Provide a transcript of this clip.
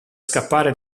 scappare